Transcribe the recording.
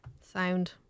Sound